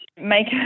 make